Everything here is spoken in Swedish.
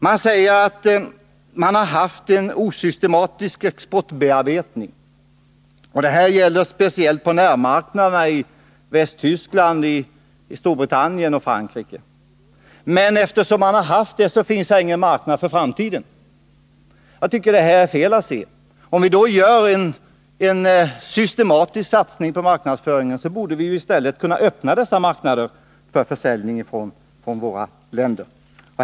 Man säger att exportbearbetningen har varit osystematisk — det gäller speciellt på närmarknaderna i Västtyskland, Storbritannien och Frankrike — och därför finns här ingen marknad för framtiden. Jag tycker det är fel av SIND att dra den slutsatsen. Om vi gör en systematisk satsning på marknadsföringen, borde vi i stället kunna öppna dessa marknader för försäljning från våra länder.